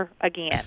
again